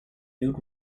nude